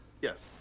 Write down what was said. Yes